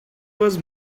was